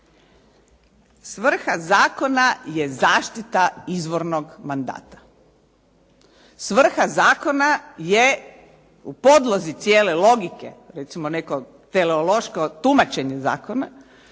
svrha zakona je zaštita izvornog mandata. Svrha zakona je u podlozi cijele logike, recimo neko teleološko tumačenje zakona